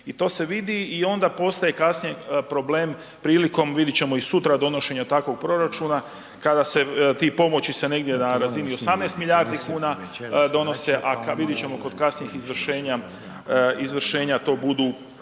I to se vidi i onda postaje kasnije problem prilikom vidit ćemo i sutra donošenja takvog proračuna kada se ti pomoći se negdje na razini 18 milijardi kuna donose, a vidit ćemo kod kasnijih izvršenja,